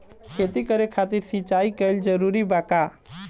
खेती करे खातिर सिंचाई कइल जरूरी बा का?